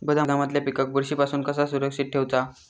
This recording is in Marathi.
गोदामातल्या पिकाक बुरशी पासून कसा सुरक्षित ठेऊचा?